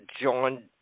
John